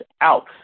out